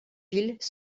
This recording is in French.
villes